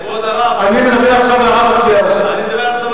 אני מדבר עכשיו על הרב הצבאי הראשי ואתה